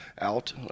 out